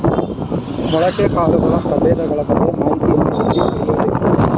ಮೊಳಕೆ ಕಾಳುಗಳ ಪ್ರಭೇದಗಳ ಬಗ್ಗೆ ಮಾಹಿತಿಯನ್ನು ಎಲ್ಲಿ ಪಡೆಯಬೇಕು?